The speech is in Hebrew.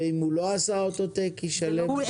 ואם הוא לא עשה אוטו-טק, הוא ישלם סכום אחר?